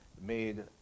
made